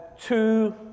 two